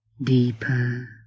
deeper